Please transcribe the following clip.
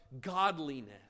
godliness